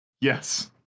Yes